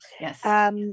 Yes